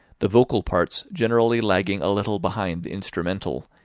the vocal parts generally lagging a little behind the instrumental,